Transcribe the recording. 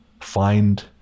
find